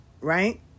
Right